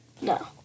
No